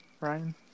Ryan